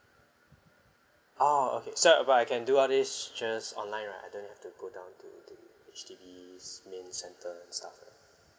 oh okay so uh what I can do all these just online right I don't have to go down to the H_D_B's main centre and stuff right